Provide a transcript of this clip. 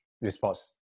response